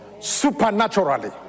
supernaturally